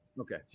okay